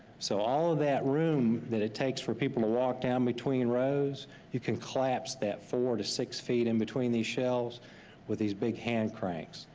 so all of that room that it takes for people to walk down between rows, you can collapse that four to six feet in between these shelves with these big hand cranks.